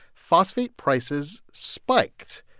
phosphate prices spiked,